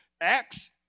Acts